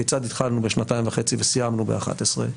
כיצד התחלנו בשנתיים וחצי וסיימנו ב-11?